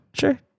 sure